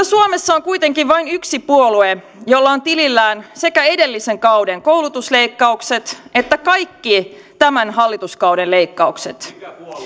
suomessa on kuitenkin vain yksi puolue jolla on tilillään sekä edellisen kauden koulutusleikkaukset että kaikki tämän hallituskauden leikkaukset